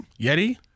Yeti